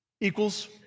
equals